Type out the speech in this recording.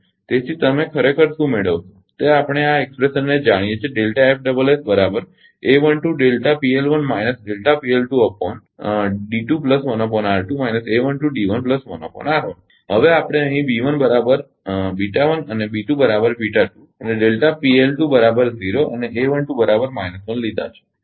તેથી તમે ખરેખર શું મેળવશો તે આપણે આ અભિવ્યક્તિને જાણીએ છીએ હવે આપણે અહીં અને અને અને લીધા છે